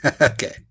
Okay